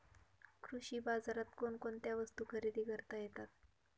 कृषी बाजारात कोणकोणत्या वस्तू खरेदी करता येतात